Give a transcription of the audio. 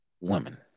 women